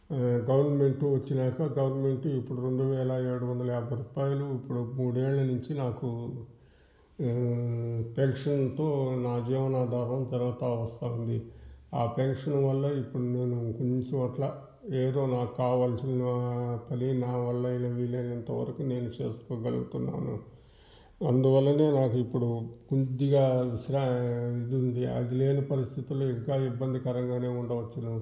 government వచ్చినాక government ఇప్పుడు రెండు వేల ఏడు వందల యాభై రూపాయలు ఇప్పుడు మూడేళ్ళ నుంచి నాకు పెన్షన్తో నా జీవనాధారం తరువాత వస్తా ఉంది ఆ పెన్షన్ వల్ల ఇప్పుడు నేను కొంచం అట్లా ఏదో నాకు కావాల్సిన నా పని నావల్ల అయినంత వీలైనంతవరకు నేను చేసుకోగలుగుతున్నాను అందువల్ల నాకు ఇప్పుడు కొద్దిగా శ్రా ఇది ఉంది అది లేని పరిస్థితిలో ఇంకా ఇబ్బందికరంగా ఉండవచ్చు